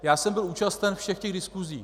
Já jsem byl účasten všech těch diskusí.